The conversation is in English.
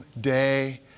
day